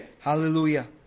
Hallelujah